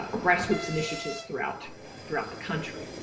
ah grassroots initiatives throughout throughout the country.